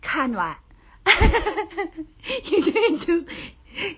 看 [what] you really do